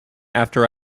after